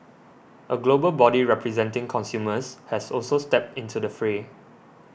a global body representing consumers has also stepped into the fray